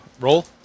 roll